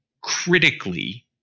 critically